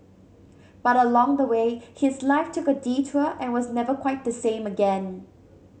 but along the way his life took a detour and was never quite the same again